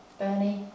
Bernie